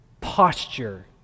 posture